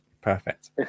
perfect